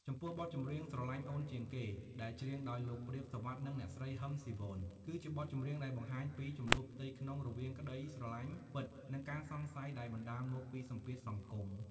ចំពោះបទចម្រៀង ស្រលាញ់អូនជាងគេ ដែលច្រៀងដោយលោក ព្រាប សុវត្ថិ និងអ្នកស្រី ហ៊ឹម ស៊ីវន គឺជាបទចម្រៀងដែលបង្ហាញពី ជម្លោះផ្ទៃក្នុងរវាងក្តីស្រឡាញ់ពិត និងការសង្ស័យដែលបណ្ដាលមកពីសម្ពាធសង្គម។